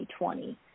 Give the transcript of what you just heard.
2020